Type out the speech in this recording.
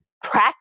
practice